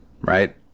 right